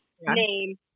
name